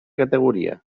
categoria